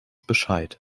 bescheid